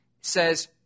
says